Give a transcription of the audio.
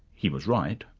he was right,